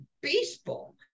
baseball